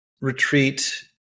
retreat